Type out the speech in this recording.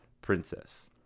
princess